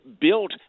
built